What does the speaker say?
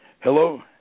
Hello